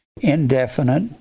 indefinite